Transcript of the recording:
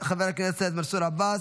חבר הכנסת מנסור עבאס,